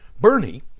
Bernie